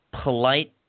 polite